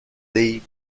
dei